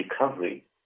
Recovery